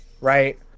right